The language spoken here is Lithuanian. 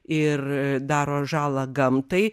ir daro žalą gamtai